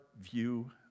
view